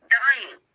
dying